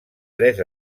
tres